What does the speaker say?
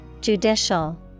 Judicial